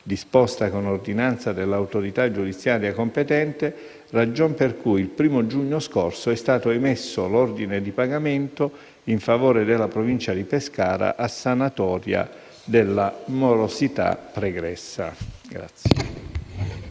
disposta con ordinanza dell'autorità giudiziaria competente, ragion per cui il 1° giugno scorso è stato emesso l'ordine di pagamento in favore della Provincia di Pescara a sanatoria della morosità pregressa.